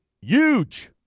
Huge